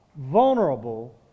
vulnerable